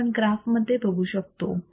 हे आपण ग्राफ मध्ये बघू शकतो